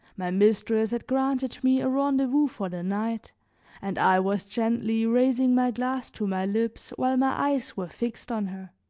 my mistress had granted me a rendezvous for the night and i was gently raising my glass to my lips while my eyes were fixed on her.